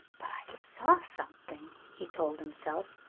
but i saw something, he told himself.